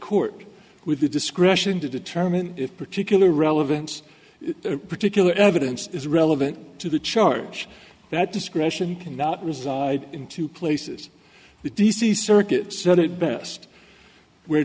court with the discretion to determine if particular relevance or particular evidence is relevant to the charge that discretion cannot reside in two places the d c circuit said it best where